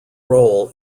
role